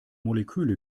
moleküle